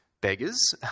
beggars